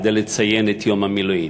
כדי לציין את יום המילואים.